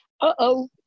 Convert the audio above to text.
Uh-oh